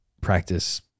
practice